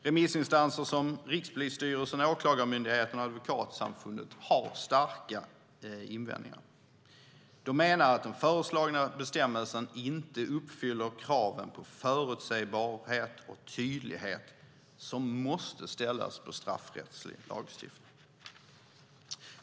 Remissinstanserna Rikspolisstyrelsen, Åklagarmyndigheten och Advokatsamfundet har starka invändningar. De menar att den föreslagna bestämmelsen inte uppfyller de krav på förutsägbarhet och tydlighet som måste ställas på straffrättslig lagstiftning.